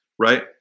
right